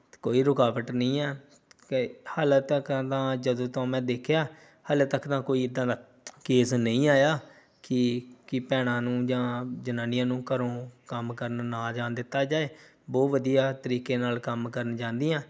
ਅਤੇ ਕੋਈ ਰੁਕਾਵਟ ਨਹੀਂ ਹੈ ਕੇ ਹਜੇ ਤੱਕ ਤਾਂ ਜਦੋਂ ਤੋਂ ਮੈਂ ਦੇਖਿਆ ਹਜੇ ਤੱਕ ਦਾ ਕੋਈ ਇੱਦਾਂ ਦਾ ਕੇਸ ਨਹੀਂ ਆਇਆ ਕਿ ਕਿ ਭੈਣਾਂ ਨੂੰ ਜਾਂ ਜਨਾਨੀਆਂ ਨੂੰ ਘਰੋਂ ਕੰਮ ਕਰਨ ਨਾ ਜਾਂਦੇ ਤਾਂ ਜਾਵੇ ਬਹੁਤ ਵਧੀਆ ਤਰੀਕੇ ਨਾਲ ਕੰਮ ਕਰਨ ਜਾਂਦੀਆਂ